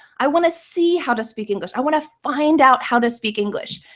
i want to see how to speak english. i want to find out how to speak english.